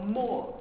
more